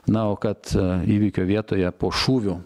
na o kad įvykio vietoje po šūvių